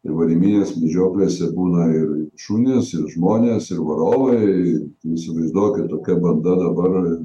ir variminės medžioklėse būna ir šunys ir žmonės ir varovai įsivaizduokit tokia banda dabar